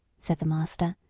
said the master,